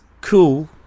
cool